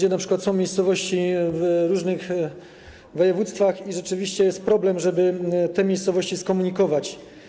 Są np. miejscowości w różnych województwach i rzeczywiście jest problem, żeby te miejscowości skomunikować.